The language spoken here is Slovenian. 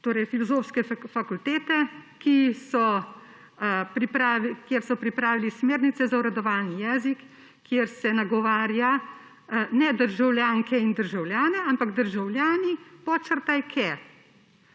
torej Filozofske fakultete, kjer so pripravili smernice za uradovalni jezik, kjer se nagovarja, ne državljanke in državljane, ampak državljani\_ ke.